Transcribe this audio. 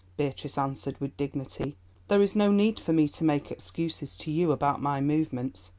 beatrice answered, with dignity there is no need for me to make excuses to you about my movements.